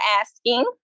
asking